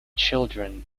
children